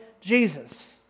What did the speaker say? Jesus